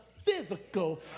physical